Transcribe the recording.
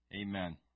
amen